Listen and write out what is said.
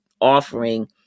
offering